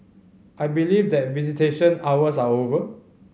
I believe that visitation hours are over